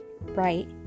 right